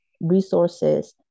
resources